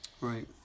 right